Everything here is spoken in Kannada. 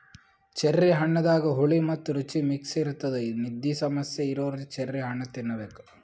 ಚೆರ್ರಿ ಹಣ್ಣದಾಗ್ ಹುಳಿ ಮತ್ತ್ ರುಚಿ ಮಿಕ್ಸ್ ಇರ್ತದ್ ನಿದ್ದಿ ಸಮಸ್ಯೆ ಇರೋರ್ ಚೆರ್ರಿ ಹಣ್ಣ್ ತಿನ್ನಬೇಕ್